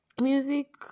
music